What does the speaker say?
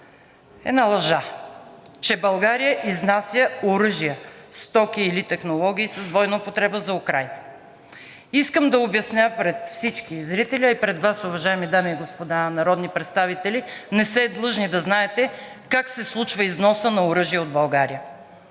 една лъжа, че България изнася оръжие, стоки или технологии с двойна употреба за Украйна. Искам да обясня пред всички зрители, а и пред Вас, уважаеми дами и господа народни представители, не сте длъжни да знаете как се случва износът на оръжие от България.